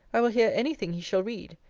i will hear any thing he shall read.